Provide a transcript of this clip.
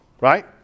right